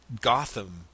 Gotham